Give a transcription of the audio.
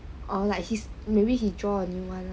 orh maybe he draw a new one